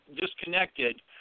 disconnected